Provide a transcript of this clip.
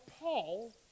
Paul